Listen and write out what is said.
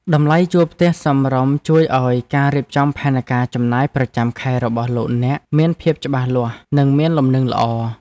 តម្លៃជួលផ្ទះសមរម្យជួយឱ្យការរៀបចំផែនការចំណាយប្រចាំខែរបស់លោកអ្នកមានភាពច្បាស់លាស់និងមានលំនឹងល្អ។